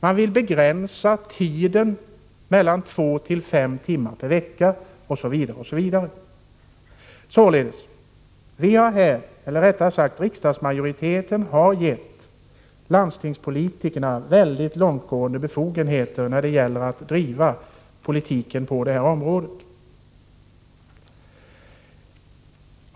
Man vill begränsa tiden till mellan två och fem timmar per vecka, osv. Således: Riksdagsmajoriteten har gett landstingspolitikerna långtgående befogenheter när det gäller att bedriva politiken på detta område.